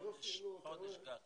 חודש גג